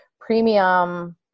premium